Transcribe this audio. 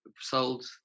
sold